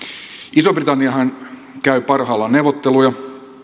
iso britanniahan käy parhaillaan neuvotteluja